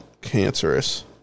cancerous